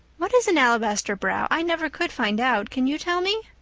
what is an alabaster brow? i never could find out. can you tell me?